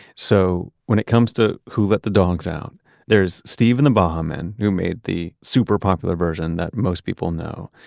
so when it comes to who let the dogs out there's steve and the baha men who made the super popular version that most people know.